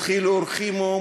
בדחילו ורחימו,